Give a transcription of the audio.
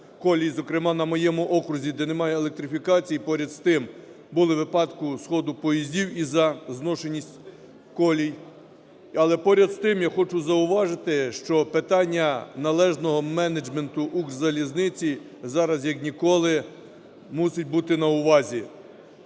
колії, зокрема, на моєму окрузі, де немає електрифікації, поряд з тим, були випадки сходу поїздів із-за зношеності колій. Але поряд з тим, я хочу зауважити, що питання належного менеджменту "Укрзалізниці" зараз як ніколи мусить бути на увазі.